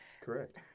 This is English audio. correct